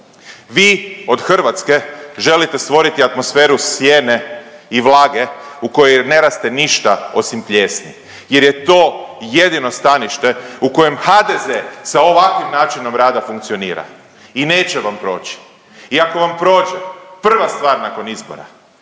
Vi od Hrvatske želite stvoriti atmosferu sjene i vlage u kojoj ne raste ništa osim plijesni jer je to jedino stanište u kojoj HDZ sa ovakvim načinom rada funkcionira i neće vam proći. I ako vam prođe, prva stvar nakon izbora,